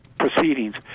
Proceedings